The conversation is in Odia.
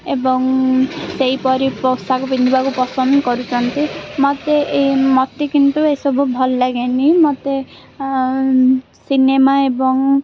ଏବଂ ସେହିପରି ପୋଷାକ ପିନ୍ଧିବାକୁ ପସନ୍ଦ କରୁଛନ୍ତି ମୋତେ ଏ ମୋତେ କିନ୍ତୁ ଏସବୁ ଭଲ ଲାଗେନି ମୋତେ ସିନେମା ଏବଂ